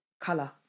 color